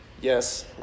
Yes